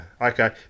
Okay